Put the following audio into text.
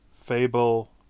Fable